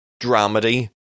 dramedy